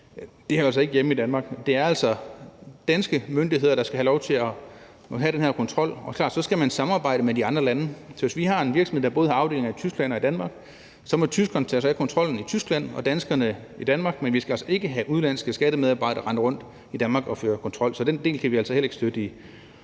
Det hører altså ikke hjemme i Danmark. Det er altså danske myndigheder, der skal have den her kontrol. Det er klart, at man skal samarbejde med de andre lande, men hvis vi har en virksomhed, der både har afdelinger i Tyskland og Danmark, må tyskerne tage sig af kontrollen i Tyskland og danskerne i Danmark. Vi skal altså ikke have udenlandske skattemedarbejdere til at rende rundt i Danmark og føre kontrol. Så den del kan vi altså heller ikke støtte i